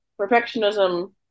perfectionism